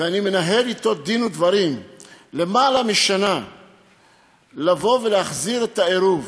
ואני מנהל אתו דין ודברים למעלה משנה לבוא ולהחזיר את העירוב.